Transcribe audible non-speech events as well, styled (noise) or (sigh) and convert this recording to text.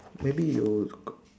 maybe you (noise)